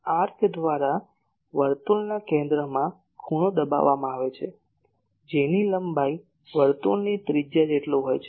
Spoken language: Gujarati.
આર્ક દ્વારા વર્તુળના કેન્દ્રમાં ખૂણો દબાવવામાં આવે છે જેની લંબાઈ વર્તુળની ત્રિજ્યા જેટલી હોય છે